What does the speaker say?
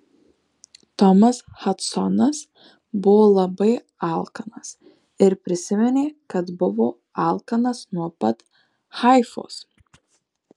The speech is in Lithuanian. tomas hadsonas buvo labai alkanas ir prisiminė kad buvo alkanas nuo pat haifos